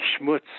schmutz